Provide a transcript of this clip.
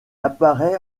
apparait